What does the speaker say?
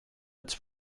als